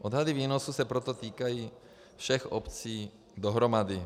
Odhady výnosů se proto týkají všech obcí dohromady.